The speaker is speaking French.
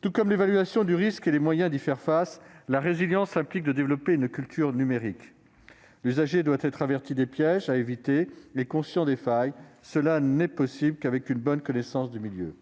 Tout comme l'évaluation du risque et les moyens d'y faire face, la résilience implique de développer une culture numérique. L'usager doit être averti des pièges à éviter et être conscient des failles ; cela n'est possible qu'avec une bonne connaissance du milieu.